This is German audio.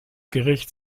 gericht